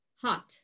hot